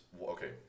okay